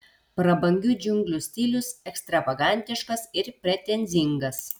prabangių džiunglių stilius ekstravagantiškas ir pretenzingas